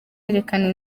yerekana